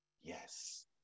yes